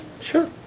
Sure